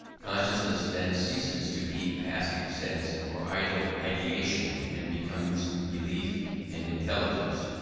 consciousness then ceases to be passive sense or idle ideation and becomes belief and intelligence.